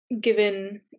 given